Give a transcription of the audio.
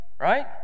right